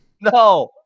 No